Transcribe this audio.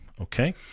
Okay